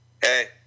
hey